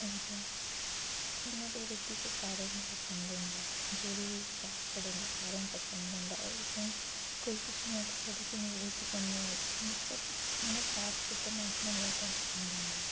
होर इ'यां ते रुट्टी ते सारें ई पसंद होंदा ऐ जो बी फॉस्ट फूड होंदा सारें ई पसंद होंदा ते कोई कुछ निं आक्खी सकदे मिगी पसंद निं एह् पसंद निं इ'यै फॉस्ट फूड ते मैक्सिमम लोकें ई पसंद होंदा ऐ